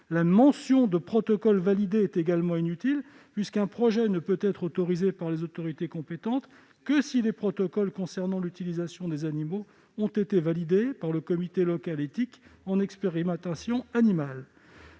La mention de « protocoles validés » est également inutile, puisqu'un projet ne peut être autorisé par les autorités compétentes que si les protocoles concernant l'utilisation des animaux ont été validés par le comité local éthique en expérimentation animale.